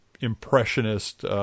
impressionist